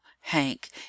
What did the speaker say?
hank